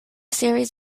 series